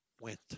went